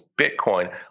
Bitcoin